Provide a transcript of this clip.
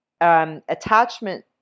attachment